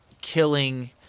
killing